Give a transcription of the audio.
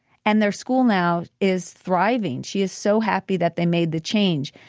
and their school now is thriving. she is so happy that they made the change.